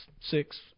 six